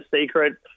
secret